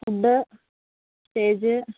food stage